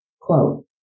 quote